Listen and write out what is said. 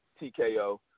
TKO